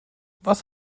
was